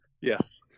Yes